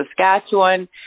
Saskatchewan